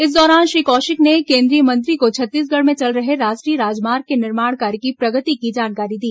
इस दौरान श्री कौशिक ने केंद्रीय मंत्री को छत्तीसगढ़ में चल रहे राष्ट्रीय राजमार्ग के निर्माण कार्य की प्रगति की जानकारी दी